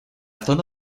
zona